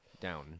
Down